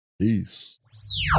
Peace